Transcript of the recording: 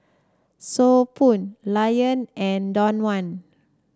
So Pho Lion and Danone